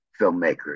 filmmakers